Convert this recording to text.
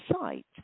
site